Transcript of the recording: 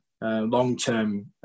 long-term